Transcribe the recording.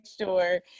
sure